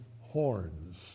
horns